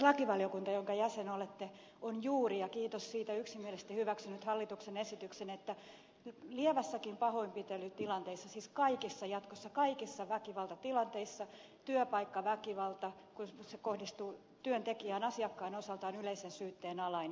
lakivaliokunta jonka jäsen olette on juuri ja kiitos siitä yksimielisesti hyväksynyt hallituksen esityksen että lievissäkin pahoinpitelytilanteissa siis jatkossa kaikissa väkivaltatilanteissa työpaikkaväkivalta kun se kohdistuu työntekijään asiakkaan osalta on yleisen syytteen alainen